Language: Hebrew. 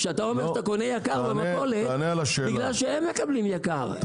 כשאתה אומר שאתה קונה יקר במכולת זה בגלל שהם מקבלים יקר.